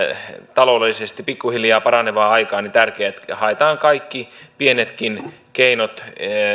taloudellisesti pikkuhiljaa paranevaa aikaa tärkeää että haetaan kaikki pienetkin keinot